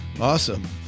Awesome